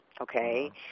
okay